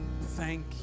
Thank